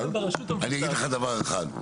אני אגיד לך דבר אחד.